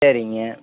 சரிங்க